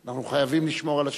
אנחנו חייבים לשמור על השקט.